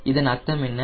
இதன் அர்த்தம் என்ன